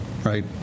right